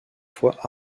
fois